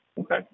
okay